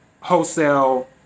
wholesale